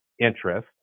interest